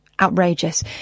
outrageous